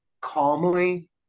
calmly